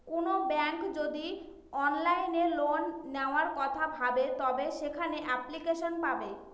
কোনো ব্যাঙ্ক যদি অনলাইনে লোন নেওয়ার কথা ভাবে তবে সেখানে এপ্লিকেশন পাবে